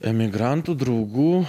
emigrantų draugų